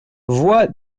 voie